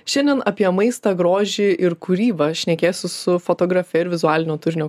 šiandien apie maistą grožį ir kūrybą šnekėsiu su fotografe ir vizualinio turinio